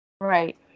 right